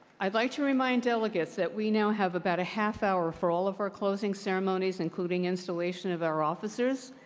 i'd like to remind delegates that we now have about a half hour for all of our closing ceremonies, including installation of our officers.